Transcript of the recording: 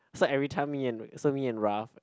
so everytime me and so me and Ralph